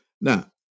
Now